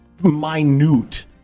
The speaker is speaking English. minute